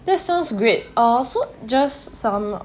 that sounds great I also just some